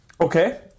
Okay